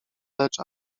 lecz